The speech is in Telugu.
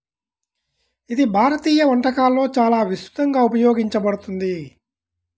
ఇది భారతీయ వంటకాలలో చాలా విస్తృతంగా ఉపయోగించబడుతుంది